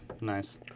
nice